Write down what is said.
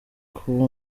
kuba